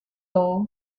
low